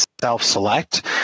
self-select